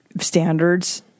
standards